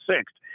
sixth